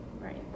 right